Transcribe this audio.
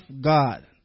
God